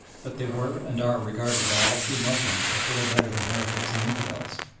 but they were and are regarded by all true moslems as little better than heretics and infidels.